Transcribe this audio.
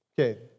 Okay